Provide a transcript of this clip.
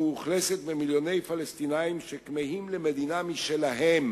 המאוכלסת במיליוני פלסטינים שכמהים למדינה משלהם